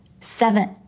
Seven